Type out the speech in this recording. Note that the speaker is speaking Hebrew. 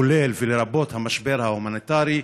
כולל ולרבות המשבר ההומניטרי,